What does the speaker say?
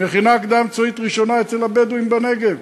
מכינה קדם-צבאית ראשונה אצל הבדואים בנגב,